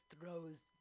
throws –